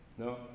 No